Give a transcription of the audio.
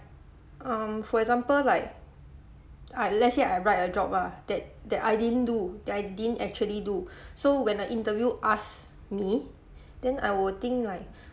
um for example like ah let's say I write a job ah that that I didn't do that I didn't actually do so when the interview ask me then I will think like